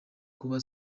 kuba